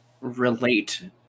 relate